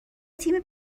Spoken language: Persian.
تیم